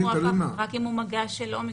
רק אם הוא מגע של אומיקרון.